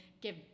give